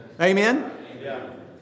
Amen